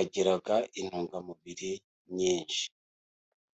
agira intungamubiri nyinshi.